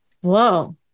Whoa